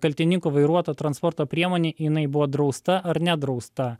kaltininko vairuota transporto priemonė jinai buvo drausta ar nedrausta